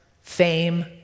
fame